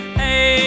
hey